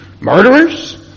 murderers